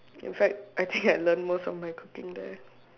in fact I think learn most of my cooking there